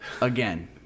again